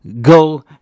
go